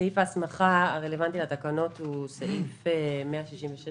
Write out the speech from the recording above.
שיעור ההסמכה הרלוונטי לתקנות הוא סעיף 166